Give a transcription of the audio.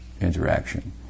interaction